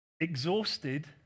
exhausted